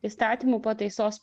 įstatymų pataisos